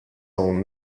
own